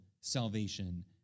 salvation